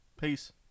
Peace